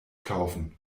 kaufen